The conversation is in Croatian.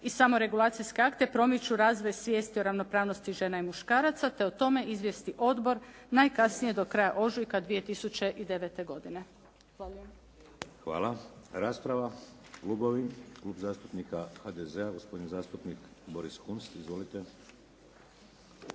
i samoregulacijske akte promiču razvoj svijesti o ravnopravnosti žena i muškaraca, te o tome izvijesti odbor najkasnije do kraja ožujka 2009. godine. Hvala